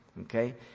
Okay